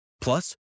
Plus